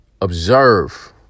Observe